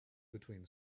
between